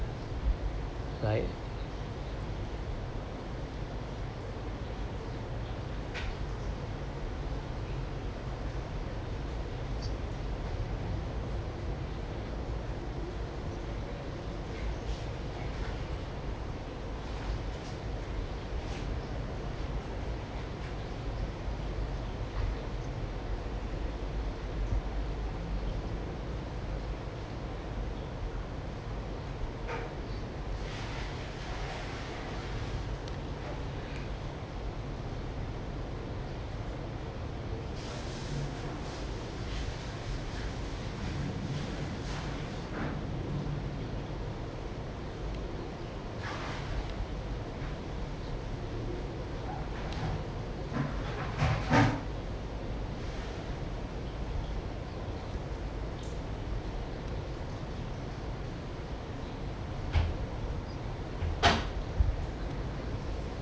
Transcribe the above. like